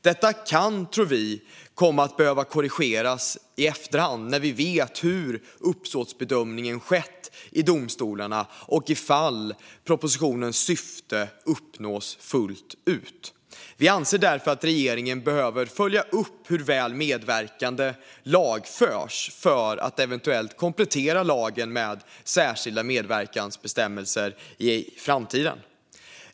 Detta tror vi kan komma att behöva korrigeras i efterhand, när vi vet hur uppsåtsbedömningen har skett i domstolarna och ifall propositionens syfte uppnås fullt ut. Vi anser därför att regeringen behöver följa upp hur väl medverkande lagförs för att eventuellt komplettera lagen med särskilda medverkansbestämmelser i framtiden.